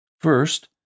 First